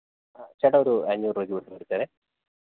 ചേട്ടാ ഒരു അഞ്ഞൂറ് രൂപയ്ക്ക് ഗൂഗിൾ പേ ഇട്ടേരെ